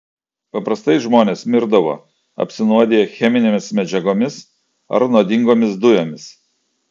paprastai žmonės mirdavo apsinuodiję cheminėmis medžiagomis ar nuodingomis dujomis